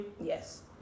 Yes